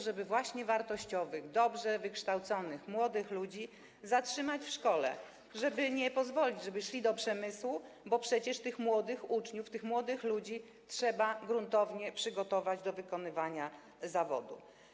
Żeby właśnie wartościowych, dobrze wykształconych młodych ludzi zatrzymać w szkole, nie pozwolić, żeby szli do przemysłu, bo przecież tych młodych ludzi trzeba gruntownie przygotować do wykonywania zawodu.